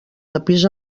tapís